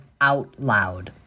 OUTLOUD